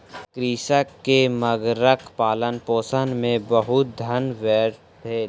कृषक के मगरक पालनपोषण मे बहुत धन व्यय भेल